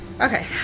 Okay